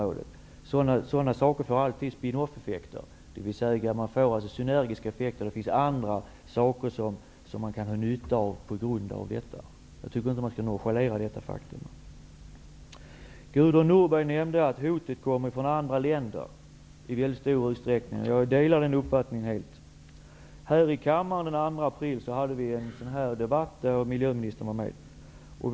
Sådana saker får alltid spinn-off-effekter, dvs. synergiska effekter på andra områden. Detta faktum bör inte nonchaleras. Gudrun Norberg nämnde att hotet i mycket stor utsträckning kommer från andra länder. Jag delar helt den uppfattningen. Vi hade den 2 april här i kammaren en debatt som miljöministern deltog i.